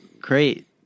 Great